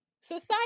Society